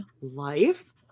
life